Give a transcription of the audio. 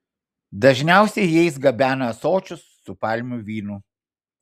dažniausiai jais gabena ąsočius su palmių vynu